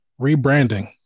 rebranding